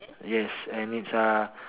yes and it's uh